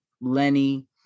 Lenny